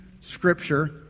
Scripture